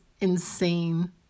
insane